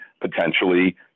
potentially